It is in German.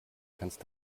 kannst